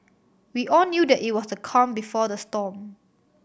we all knew that it was the calm before the storm